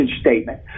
statement